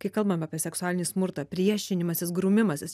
kai kalbam apie seksualinį smurtą priešinimasis grūmimasis